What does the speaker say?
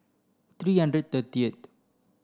three hundred thirtieth